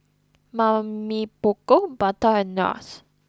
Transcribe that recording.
Mamy Poko Bata and Nars